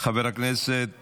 חבר הכנסת